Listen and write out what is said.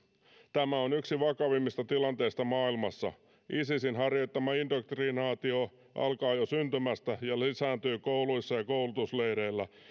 tämä on yksi vakavimmista tilanteista maailmassa isisin harjoittama indoktrinaatio alkaa jo syntymästä ja lisääntyy kouluissa ja koulutusleireillä